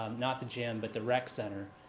um not the gym but the rec center.